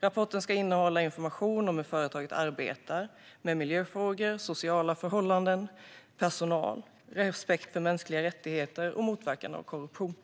Rapporten ska innehålla information om hur företaget arbetar med miljöfrågor, sociala förhållanden, personal, respekt för mänskliga rättigheter och motverkande av korruption.